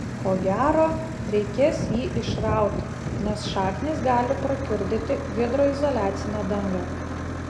ko gero reikės jį išrauti nes šaknys gali prakiurdyti hidroizoliacinę dangą